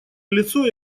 лицо